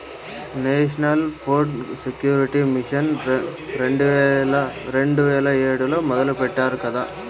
national food security mission రెండు వేల ఏడులో మొదలెట్టారట కదా